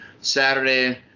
Saturday